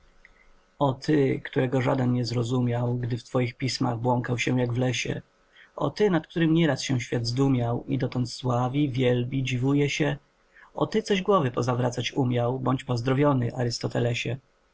ty którego żaden nie zrozumiał gdy w twoich pismach błąkał się jak w lesie o ty nad którym nie raz się świat zdumiał i dotąd sławi wielbi dziwuje się o ty coś głowy pozawracać umiał bądź pozdrowiony